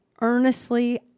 earnestly